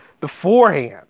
beforehand